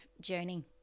journey